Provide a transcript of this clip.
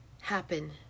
happen